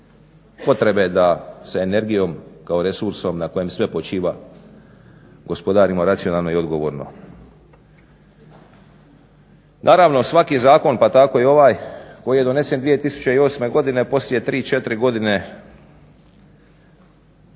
potrebe da se energijom kao resursom na kojem sve počiva gospodarimo racionalno i odgovorno. Naravno svaki zakon pa tako i ovaj koji je donesen 2008. godine poslije tri,